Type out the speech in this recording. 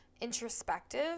introspective